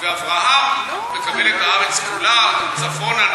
ואברהם מקבל את הארץ כולה: צפונה,